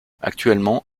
actuellement